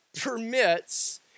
permits